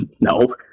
No